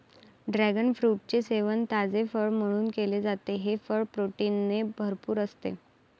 dragon फ्रूटचे सेवन ताजे फळ म्हणून केले जाते, हे फळ प्रोटीनने भरपूर असते